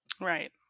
Right